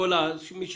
לא יודע.